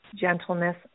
gentleness